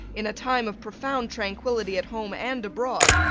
in a time of profound tranquillity at home and abroad,